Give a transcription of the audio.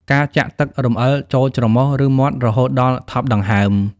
ការចាក់ទឹករំអិលចូលច្រមុះ ឬមាត់រហូតដល់ថប់ដង្ហើម។